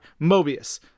Mobius